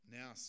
Now